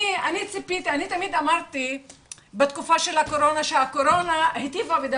אני תמיד אמרתי בתקופה של הקורונה,